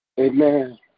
Amen